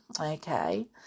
okay